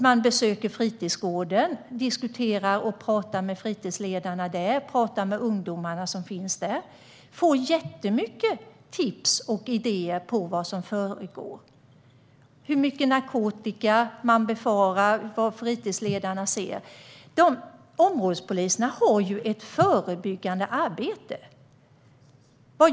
Man besöker fritidsgården och diskuterar och pratar med fritidsledarna och ungdomarna. Man får många tips och idéer om vad som föregår, hur mycket narkotika som befaras finnas där och vad fritidsledarna ser. Områdespolisen gör ett förebyggande arbete.